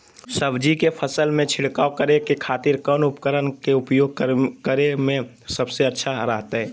सब्जी के फसल में छिड़काव करे के खातिर कौन उपकरण के उपयोग करें में सबसे अच्छा रहतय?